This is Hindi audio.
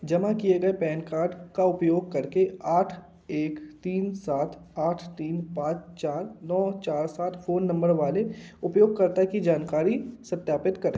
जमा किए गए पैन कार्ड का उपयोग करके आठ एक तीन सात आठ तीन पाँच चार नौ चार सात फ़ोन नम्बर वाले उपयोगकर्ता की जानकारी सत्यापित करें